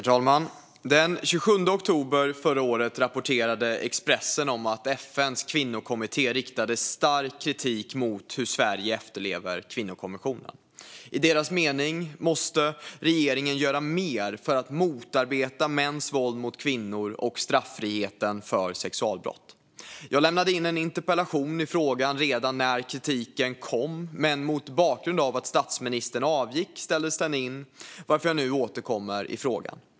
Herr talman! Den 27 oktober förra året rapporterade Expressen om att FN:s kvinnokommitté riktade stark kritik mot hur Sverige efterlever kvinnokonventionen. Enligt dess mening måste regeringen göra mer för att motarbeta mäns våld mot kvinnor och straffriheten för sexualbrott. Jag lämnade in en interpellation i frågan redan när kritiken kom. Men mot bakgrund av att statsministern avgick ställdes debatten in, varför jag nu återkommer i frågan.